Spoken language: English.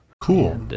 Cool